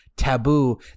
taboo